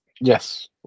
Yes